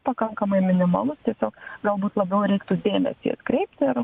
pakankamai minimalus tiesiog galbūt labiau reiktų dėmesį atkreipt ir